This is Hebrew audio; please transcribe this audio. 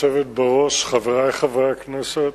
גברתי היושבת בראש, חברי חברי הכנסת,